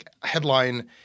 headline